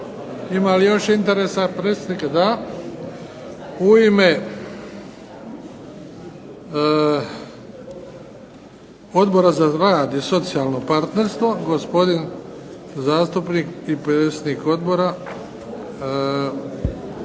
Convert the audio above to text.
Ima li još interesa predstavnika? Da. U ime Odbora za rad i socijalno partnerstvo gospodin zastupnik i predsjednik odbora